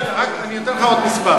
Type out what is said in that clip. אני אתן לך עוד מספר,